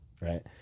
Right